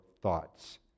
thoughts